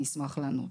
אני אשמח לענות: